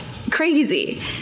Crazy